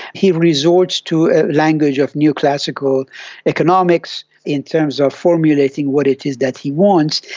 he resorts to a language of neoclassical economics in terms of formulating what it is that he wants,